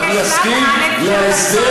ובינתיים תסכים להצעה שלנו.